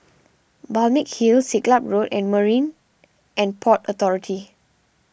Balmeg Hill Siglap Road and Marine and Port Authority